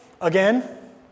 again